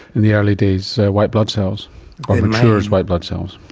in the early days, white blood cells, or it matures white blood cells.